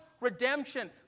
redemption